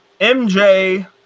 mj